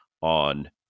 on